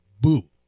boo